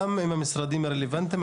גם עם המשרדים הרלוונטיים,